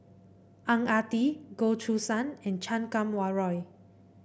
Ang Ah Tee Goh Choo San and Chan Kum Wah Roy